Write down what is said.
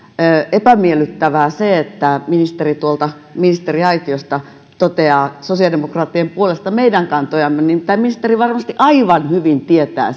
epämiellyttävää se että ministeri tuolta ministeriaitiosta toteaa sosiaalidemokraattien puolesta meidän kantojamme nimittäin ministeri varmasti aivan hyvin tietää